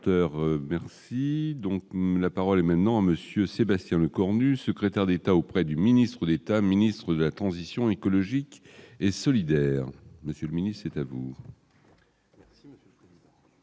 donc, la parole est maintenant à monsieur Sébastien Lecornu, secrétaire d'État auprès du ministre d'État, ministre de la transition écologique et solidaire monsieur mini c'est à vous.